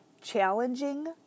challenging